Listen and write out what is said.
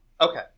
Okay